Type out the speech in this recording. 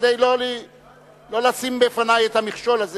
כדי לא לשים בפני את המכשול הזה,